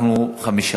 אנחנו חמישה.